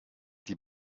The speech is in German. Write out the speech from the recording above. die